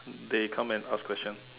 they come and ask question